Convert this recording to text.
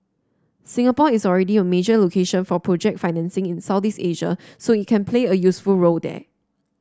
Singapore is already a major location for project financing in Southeast Asia so it can play a useful role there